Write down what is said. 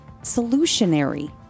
solutionary